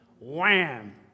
wham